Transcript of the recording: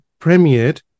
premiered